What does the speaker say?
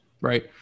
Right